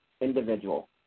individual